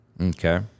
Okay